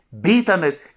bitterness